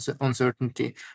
uncertainty